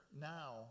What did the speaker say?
now